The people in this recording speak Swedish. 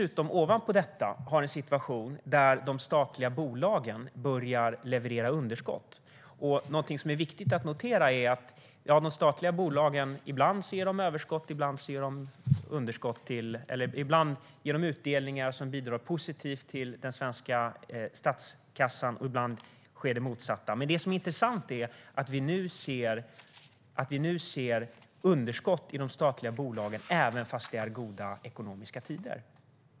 Ovanpå detta har vi en situation där de statliga bolagen börjar leverera underskott. Någonting som är viktigt att notera är att de statliga bolagen ibland ger utdelningar som bidrar positivt till den svenska statskassan, och ibland sker det motsatta. Men det som är intressant är att vi nu ser underskott i de statliga bolagen trots att det är goda ekonomiska tider.